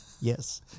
Yes